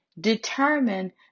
determine